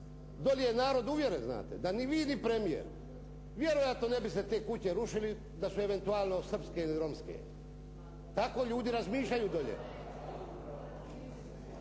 dole je narod uvjeren da …/Govornik se ne razumije./… vjerojatno ne biste te kuće rušili da su eventualno srpske ili romske, tako ljudi razmišljaju dolje.